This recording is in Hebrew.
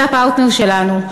זה הפרטנר שלנו,